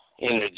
energy